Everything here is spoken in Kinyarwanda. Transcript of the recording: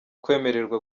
kwemererwa